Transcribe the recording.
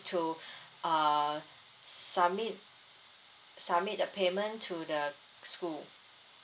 to err submit submit the payment to the school